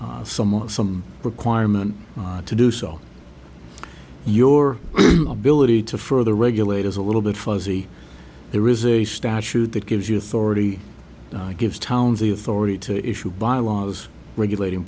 some some requirement to do so your ability to further regulate as a little bit fuzzy there is a statute that gives you authority gives town the authority to issue by laws regulating